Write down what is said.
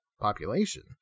population